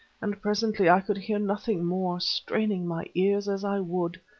and presently i could hear nothing more, straining my ears as i would.